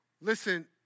Listen